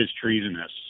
treasonous